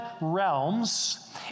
realms